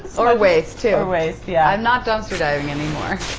so or waste too. or waste yeah. i'm not dumpster diving anymore.